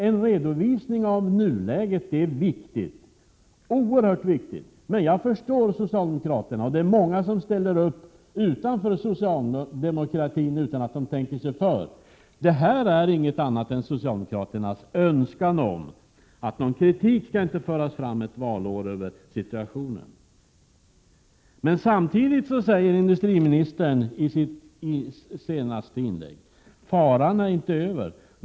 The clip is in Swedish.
En redovisning av nuläget är oerhört viktig. Jag förstår emellertid socialdemokraterna, och det är många som ställer upp utanför socialdemokratin, utan att de tänker sig för. Detta är alltså ingenting annat än socialdemokraternas önskan om att någon kritik beträffande situationen inte skall föras fram under ett valår. Men samtidigt säger industriministern i sitt senaste inlägg att faran inte är över.